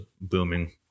booming